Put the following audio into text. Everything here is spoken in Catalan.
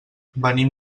venim